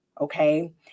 Okay